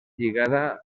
lligada